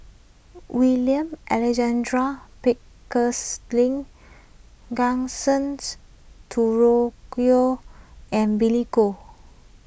William and Billy Koh